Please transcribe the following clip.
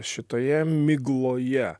šitoje migloje